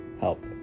help